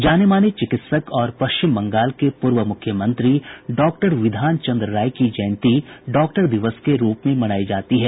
जाने माने चिकित्सक और पश्चिम बंगाल के पूर्व मुख्यमंत्री डॉक्टर विधान चंद्र राय की जयंती डॉक्टर दिवस के रूप में मनाई जाती है